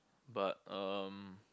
but um